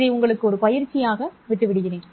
இதை உங்களுக்கு ஒரு பயிற்சியாக விட்டு விடுகிறேன்